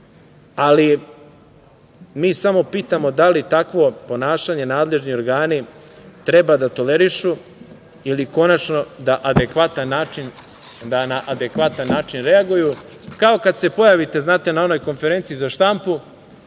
ali mi samo pitamo da li takvo ponašanje nadležni organi treba da tolerišu ili konačno da na adekvatan način reaguju, kao kad se pojavite na onoj konferenciji za štampu,